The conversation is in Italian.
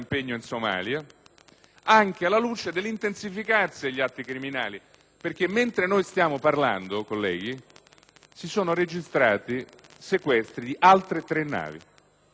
anche alla luce dell'intensificarsi degli atti criminali. Mentre stiamo parlando, colleghi, si sono registrati sequestri di altre tre navi.